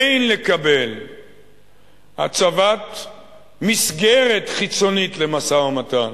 אין לקבל הצבת מסגרת חיצונית למשא-ומתן,